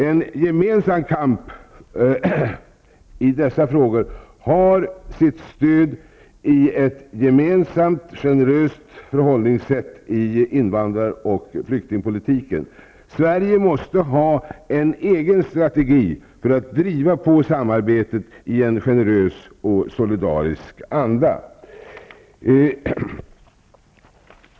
En gemensam kamp i dessa frågor frågor har sitt stöd i ett gemensamt generöst förhållningssätt i invandrar och flyktingpolitiken. Sverige måste ha en egen strategi för att driva på samarbetet i en generös och solidarisk anda.